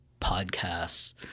podcasts